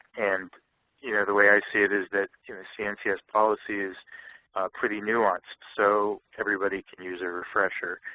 and you know the way i see it is that cncs policy is pretty nuanced, so everybody can use a refresher.